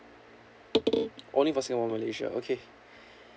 only for singapore malaysia okay